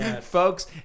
Folks